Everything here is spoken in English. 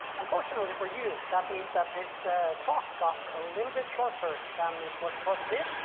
unfortunately for you that means that this talk got a little bit shorter than it was supposed to be,